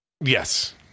yes